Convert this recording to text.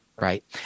Right